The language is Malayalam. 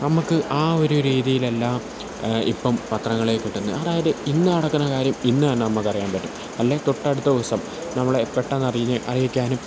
നമ്മള്ക്ക് ആ ഒരു രീതിയിലല്ല ഇപ്പോള് പത്രങ്ങളില് കിട്ടുന്നെ അതായത് ഇന്ന് നടക്കണ കാര്യം ഇന്ന് തന്നെ നമ്മള്ക്കറിയാന് പറ്റും അല്ലെങ്കില് തൊട്ടടുത്ത ദിവസം നമ്മളെ പെട്ടെന്ന് അറിയിക്ക് അറിയിക്കാനും